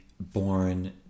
Born